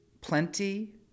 plenty